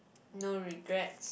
no regrets